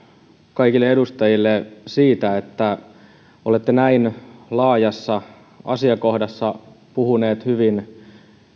kaikille edustajille siitä että olette näin laajassa asiakohdassa puhuneet hyvin